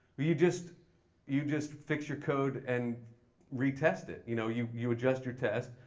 you just you just fix your code and retest it. you know you you adjust your test.